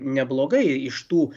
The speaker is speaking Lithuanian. neblogai iš tų